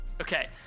okay